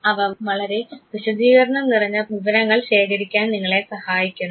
അവ വളരെ വിശദീകരണം നിറഞ്ഞ വിവരങ്ങൾ ശേഖരിക്കാൻ നിങ്ങളെ സഹായിക്കുന്നു